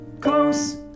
close